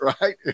right